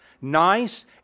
nice